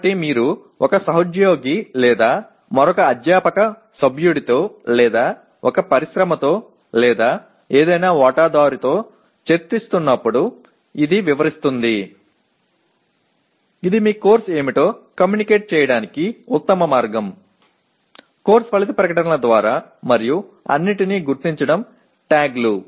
కాబట్టి మీరు ఒక సహోద్యోగి లేదా మరొక అధ్యాపక సభ్యుడితో లేదా ఒక పరిశ్రమతో లేదా ఏదైనా వాటాదారుతో చర్చిస్తున్నప్పుడు ఇది వివరిస్తుంది ఇది మీ కోర్సు ఏమిటో కమ్యూనికేట్ చేయడానికి ఉత్తమ మార్గం కోర్సు ఫలిత ప్రకటనల ద్వారా మరియు అన్నింటినీ గుర్తించడం టాగ్లు